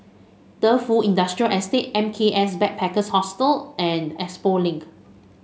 Defu Industrial Estate M K S Backpackers Hostel and Expo Link